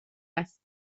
است